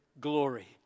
glory